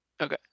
Okay